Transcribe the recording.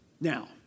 Now